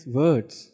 words